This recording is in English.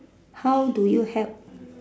how do you help